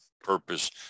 purpose